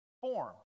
form